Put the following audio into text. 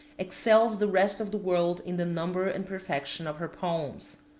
excels the rest of the world in the number and perfection of her palms.